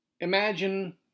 Imagine